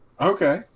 Okay